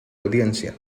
audiencia